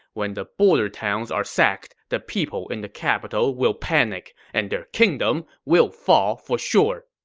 when the border towns are sacked, the people in the capital will panic, and their kingdom will fall for sure.